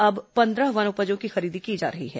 अब पंद्रह वनोपजों की खरीदी की जा रही है